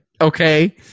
okay